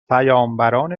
پیامبران